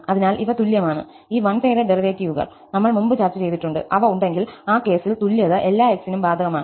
അതിനാൽ ഇവ തുല്യമാണ് ഈ വൺ സൈഡഡ് ഡെറിവേറ്റീവുകൾ നമ്മൾ മുമ്പ് ചർച്ച ചെയ്തിട്ടുണ്ട് അവ ഉണ്ടെങ്കിൽ ആ കേസിൽ തുല്യത എല്ലാ x നും ബാധകമാണ്